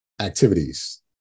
Activities